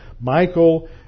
Michael